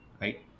right